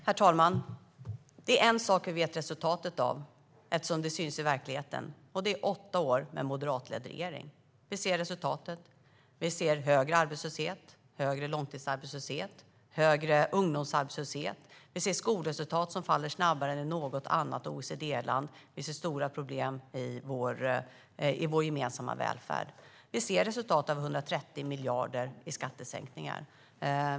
Herr talman! Det är en sak som vi vet resultatet av, eftersom det syns i verkligheten, och det är åtta år med en moderatledd regering. Vi ser resultatet. Vi ser högre arbetslöshet, högre långtidsarbetslöshet och högre ungdomsarbetslöshet. Vi ser skolresultat som faller snabbare än i något annat OECD-land, och vi ser stora problem i vår gemensamma välfärd. Vi ser resultatet av 130 miljarder i skattesänkningar.